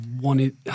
wanted